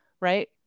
Right